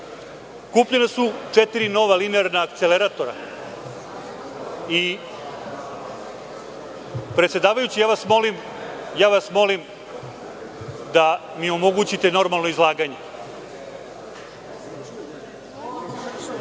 Kupljene su četiri nova linearna akceleratora i…Predsedavajući, ja vas molim da mi omogućite normalno izlaganje. Dakle,